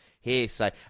hearsay